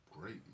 great